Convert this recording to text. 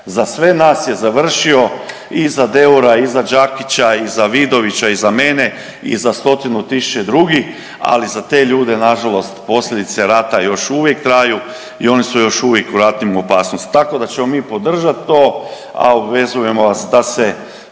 Za sve nas je završio i za Dura i za Đakića i za Vidovića i za mene i za stotinu tisuća drugih, ali za te ljude nažalost posljedice rata još uvijek traju i oni su još uvijek u ratnoj opasnosti. Tako da ćemo mi podržat to, a obvezujemo vas da se